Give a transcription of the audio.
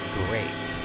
great